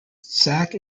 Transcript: zack